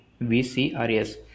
VCRS